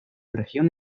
región